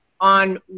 on